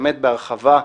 באמת בהרחבה.